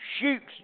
shoots